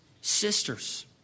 sisters